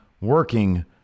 working